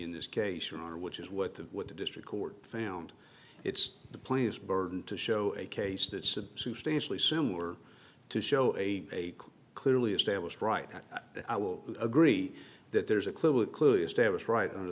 in this case who are which is what the what the district court found it's the players burden to show a case that substantially similar to show a clearly established right i will agree that there's a clue clearly established right o